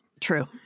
true